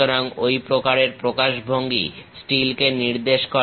সুতরাং ঐ প্রকারের প্রকাশভঙ্গি স্টিলকে নির্দেশ করে